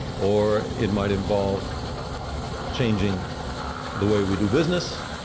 or it might involve changing the way we do business,